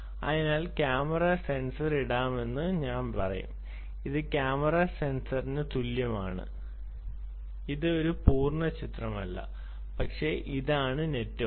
അതിനാൽ camera sensor ഇടാമെന്ന് ഞാൻ പറയും ഇത് ക്യാമറ സെൻസറിന് തുല്യമാണ് ഇത് ഒരു പൂർണ്ണ ചിത്രമല്ല പക്ഷേ ഇതാണ് നെറ്റ്വർക്ക്